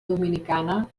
dominicana